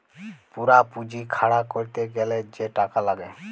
পুরা পুঁজি খাড়া ক্যরতে গ্যালে যে টাকা লাগ্যে